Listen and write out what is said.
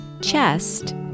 chest